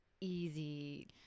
easy